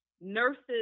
Nurses